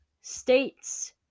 states